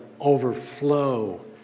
overflow